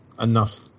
enough